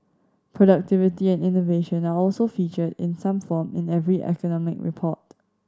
productivity and innovation are also featured in some form in every economic report